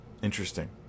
interesting